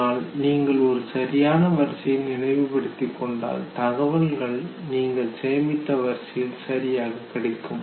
அதனால் நீங்கள் ஒரு சரியான வரிசையில் நினைவுபடுத்திக் கொண்டால் தகவல்கள் நீங்கள் சேமித்த வரிசையில் சரியாக கிடைக்கும்